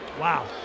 wow